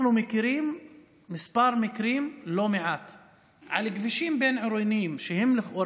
אנחנו מכירים מקרים לא מעטים על כבישים בין-עירוניים שלכאורה